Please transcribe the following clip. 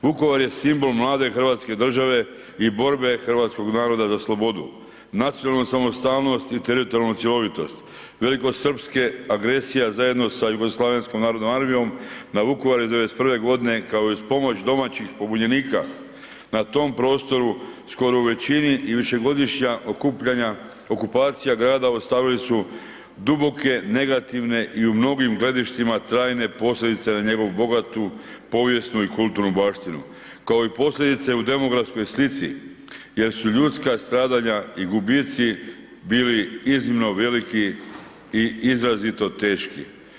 Vukovar je simbol mlade Hrvatske države i borbe hrvatskog naroda za slobodu, nacionalnu samostalnost i teritorijalnu cjelovitost, velikosrpske agresije zajedno sa JNA na Vukovar '91. kao i uz pomoć domaćih pobunjenika na tom prostoru skoro u većini i višegodišnja okupacija grada ostavili su duboke negativne i u mnogim gledištima trajne posljedice na njegovu bogatu, povijesnu i kulturnu baštinu, kao i posljedice u demografskoj slici jer su ljudska stradanja i gubici bili iznimno veliki i izrazito teški.